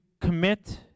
commit